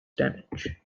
damage